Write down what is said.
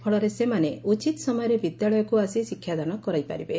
ଫଳରେ ସେମାନେ ଉଚିତ୍ ସମୟରେ ବିଦ୍ୟାଳୟକୁ ଆସି ଶିକ୍ଷାଦାନ କରିପାରିବେ